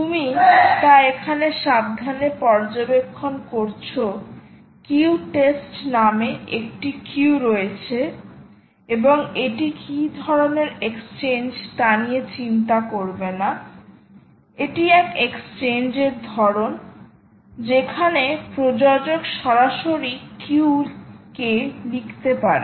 তুমি তা এখানে সাবধানে পর্যবেক্ষণ করছ কিউ টেস্ট নামে একটি কিউ রয়েছে এবং এটি কী ধরণের এক্সচেঞ্জ তা নিয়ে চিন্তা করবে না এটি এক এক্সচেঞ্জ এর ধরণ যেখানে প্রযোজক সরাসরি কিউ কে লিখতে পারে